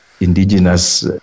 indigenous